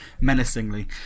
menacingly